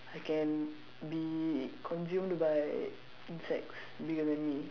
I can be consumed by insects bigger than me